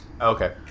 Okay